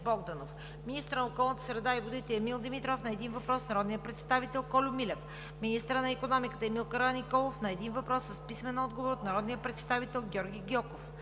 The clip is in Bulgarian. министърът на околната среда и водите Емил Димитров – на един въпрос от народния представител Кольо Милев; - министърът на икономиката Емил Караниколов – на един въпрос с писмен отговор от народния представител Георги Гьоков;